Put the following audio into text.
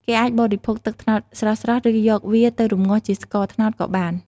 គេអាចបរិភោគទឹកត្នោតស្រស់ៗ ឬ យកវាទៅរំងាស់ជាស្ករត្នោតក៏បាន។